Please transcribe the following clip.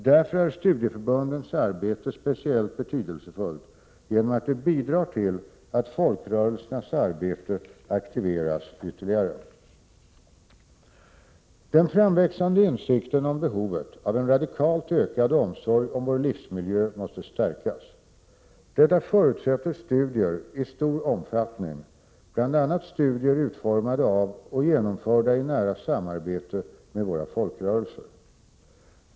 Därför är studieförbundens arbete speciellt betydelsefullt genom att det bidrar till att folkrörelsernas arbete aktiveras ytterligare. Den framväxande insikten om behovet av en radikalt ökad omsorg om vår livsmiljö måste stärkas. Detta förutsätter studier i stor omfattning, bl.a. studier utformade av och genomförda i nära samarbete med våra folkrörelser.